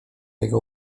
jego